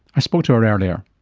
i spoke to her earlier.